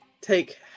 take